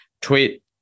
tweet